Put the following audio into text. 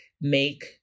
make